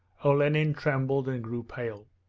olenin trembled and grew pale.